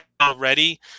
already